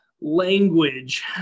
language